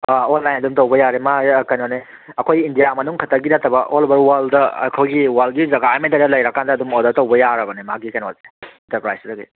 ꯑꯥ online ꯑꯗꯨꯝ ꯇꯧꯕ ꯌꯥꯔꯦ ꯃꯥꯒꯤ ꯀꯩꯅꯣꯅꯦ ꯑꯩꯈꯣꯏ ꯏꯟꯖꯤꯌꯥ ꯃꯅꯨꯡ ꯈꯛꯇꯒꯤ ꯅꯠꯇꯕ ꯑꯣꯜ ꯑꯣꯚꯔ ꯋꯥꯔꯜꯗ ꯑꯩꯈꯣꯏꯒꯤ ꯋꯥꯔꯜꯒꯤ ꯖꯒꯥ ꯑꯃꯍꯦꯛꯇꯗ ꯂꯩꯔꯀꯥꯟꯗ ꯑꯗꯨꯝ ꯑꯣꯔꯗꯔ ꯇꯧꯕ ꯌꯥꯔꯕꯅꯦ ꯃꯥꯒꯤ ꯀꯩꯅꯣꯖꯦ ꯏꯟꯇꯔꯄ꯭ꯔꯥꯏꯁꯁꯤꯗꯗꯤ